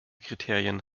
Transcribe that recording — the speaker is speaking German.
kriterien